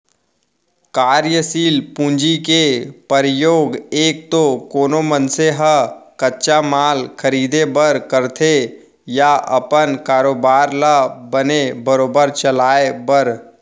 कारयसील पूंजी के परयोग एक तो कोनो मनसे ह कच्चा माल खरीदें बर करथे या अपन कारोबार ल बने बरोबर चलाय बर